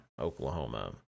Oklahoma